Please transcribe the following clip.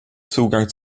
zugang